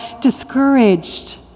discouraged